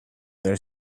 their